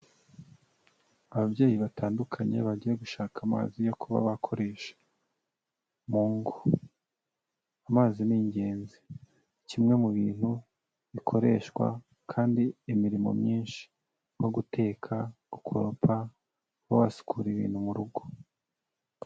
Ababyeyi batandukanye bagiye gushaka amazi yo kuba bakoresha mungo. Amazi ni ingenzi, kimwe mu bintu bikoreshwa kandi imirimo myinshi nko guteka, gukoropa, kuba wasukura ibintu mu rugo.